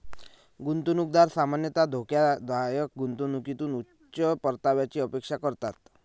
गुंतवणूकदार सामान्यतः धोकादायक गुंतवणुकीतून उच्च परताव्याची अपेक्षा करतात